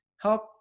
help